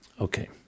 Okay